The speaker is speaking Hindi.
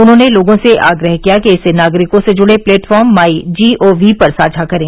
उन्होंने लोगों से आग्रह किया कि इसे नागरिकों से जुड़े platform my G O V पर साझा करें